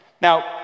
Now